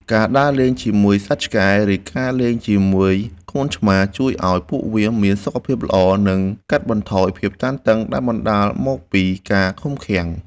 ការដើរលេងជាមួយសត្វឆ្កែ ឬការលេងជាមួយកូនឆ្មា ជួយឱ្យពួកវាមានសុខភាពល្អ និងកាត់បន្ថយភាពតានតឹងដែលបណ្ដាលមកពីការឃុំឃាំង។